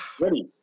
Ready